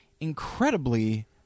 incredibly